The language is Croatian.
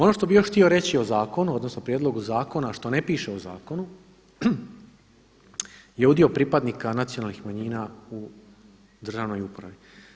Ono što bih još htio reći o zakonu, odnosno prijedlogu zakona, a što ne piše u zakonu je udio pripadnika nacionalnih manjina u državnoj upravi.